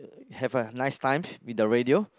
have a nice time with the radio